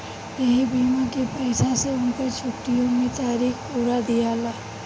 ऐही बीमा के पईसा से उनकर छुट्टीओ मे तारीख पुरा दियाला